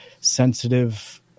sensitive